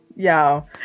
y'all